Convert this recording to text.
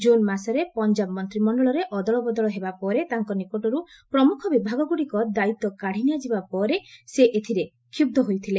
ଜୁନ ମାସରେ ପଞ୍ଜାବ ମନ୍ତ୍ରିମଣ୍ଡଳରେ ଅଦଳବଦଳ ହେବା ପରେ ତାଙ୍କ ନିକଟରୁ ପ୍ରମୁଖ ବିଭାଗଗୁଡ଼ିକ ଦାୟିତ୍ୱ କାତି ନିଆଯିବା ପରେ ସେ ଏଥିରେ କ୍ଷ୍ରିକ୍ସ ହୋଇଥିଲେ